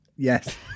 Yes